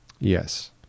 Yes